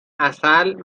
عسل